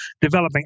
developing